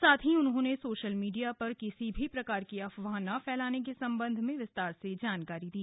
साथ ही उन्होंने सोशल मीडिया पर किसी भी प्रकार की अफवाह न फैलाने के संबंध में विस्तार से जानकारी दी